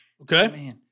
Okay